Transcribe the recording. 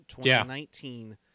2019